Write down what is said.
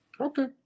Okay